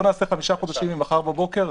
נעשה חמישה חודשים ממחר בבוקר,